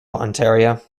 ontario